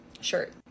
shirt